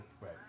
Right